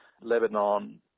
Lebanon